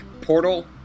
portal